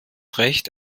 recht